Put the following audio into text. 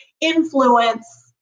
influence